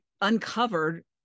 uncovered